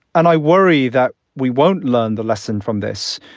and i worry that we won't learn the lesson from this,